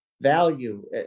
value